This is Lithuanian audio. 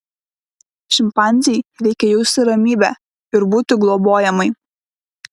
šimpanzei reikia jausti ramybę ir būti globojamai